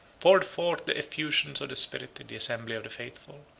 poured forth the effusions of the spirit in the assembly of the faithful.